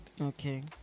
Okay